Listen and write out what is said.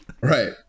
Right